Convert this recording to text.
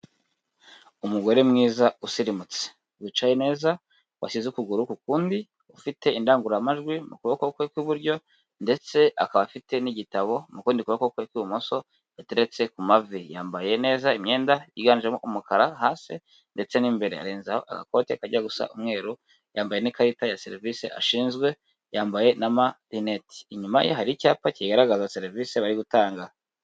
Umugore mwiza usirimutse, wicaye neza, washyize ukuguru kukundi, ufite indangururamajwi mu kuboko ku iburyo, ndetse akaba afite n'igitabo mukundi kuboko kw'ibumoso, yateretse ku mavi. Yambaye neza imyenda yiganjemo umukara hasi ndetse n'imbere arenzaho agakote kajya gusa umweru, yambaye n'ikarita ya serivisi ashinzwe, yambaye n'amarineti, inyuma ye hari icyapa kigaragaza serivisi bari gutanga.